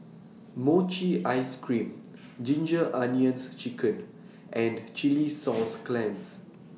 Mochi Ice Cream Ginger Onions Chicken and Chilli Sauce Clams